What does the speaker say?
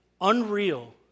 unreal